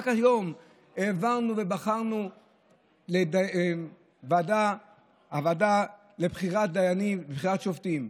רק היום העברנו ובחנו את הוועדה לבחירות דיינים ולבחירת שופטים.